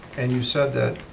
and you said that